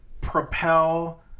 propel